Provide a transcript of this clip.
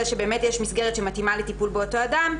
שבאמת יש מסגרת שמתאימה לטיפול באותו אדם,